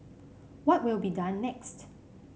what will be done next